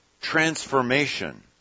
transformation